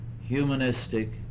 humanistic